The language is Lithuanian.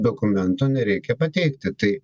dokumento nereikia pateikti tai